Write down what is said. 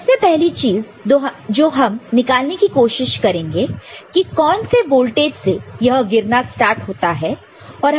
तो सबसे पहली चीज जो हम निकालने की कोशिश करेंगे की कौन से वोल्टेज से यह गिरना स्टार्ट होता है